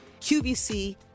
QVC